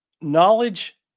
Knowledge